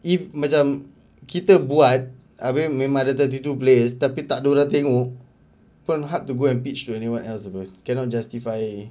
if macam kita buat ada memang ada thirty two players tapi takde orang tengok pun hard to go and pitch the any what else apa cannot justify